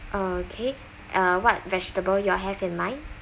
okay uh what vegetable you all have in mind